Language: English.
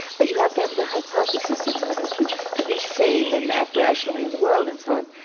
but you have to have the hypothesis in order to to be sane and act rationally in the world and so on.